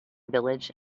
village